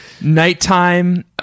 Nighttime